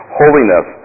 holiness